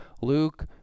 Luke